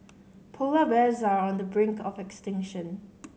polar bears are on the brink of extinction